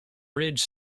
ridge